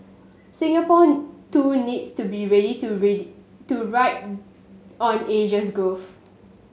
Singapore too needs to be ready to ready to ride on Asia's growth